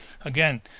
again